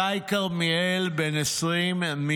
גיא כרמיאל, בן 20 מגדרה,